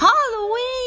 Halloween